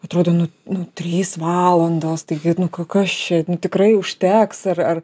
atrodo nu nu trys valandos taigi nu kas čia tikrai užteks ar ar